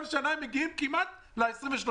כל שנה הם מגיעים כמעט ל-23%.